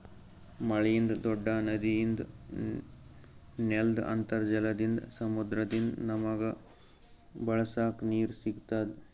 ಮಳಿಯಿಂದ್, ದೂಡ್ಡ ನದಿಯಿಂದ್, ನೆಲ್ದ್ ಅಂತರ್ಜಲದಿಂದ್, ಸಮುದ್ರದಿಂದ್ ನಮಗ್ ಬಳಸಕ್ ನೀರ್ ಸಿಗತ್ತದ್